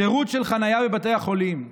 שירות של חניה בבתי החולים,